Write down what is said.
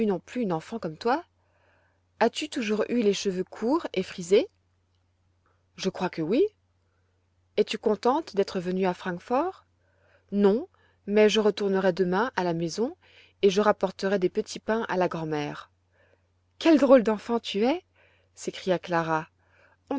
non plus une enfant comme toi as-tu toujours eu les cheveux courts et frisés je crois que oui es-tu contente d'être venue à francfort non mais je retournerai demain à la maison et je rapporterai des petits pains à la grand'mère quelle drôle d'enfant tu es s'écria clara